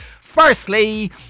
Firstly